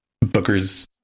Booker's